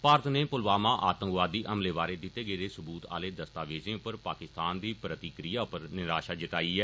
भारत नै प्लवामा आतंकवादी हमले बारै दित्ते गेदे सबूत आहले दस्तावेज़ें पर पाकिस्तान दी प्रतिक्रिया उप्पर निराशा जताई ऐ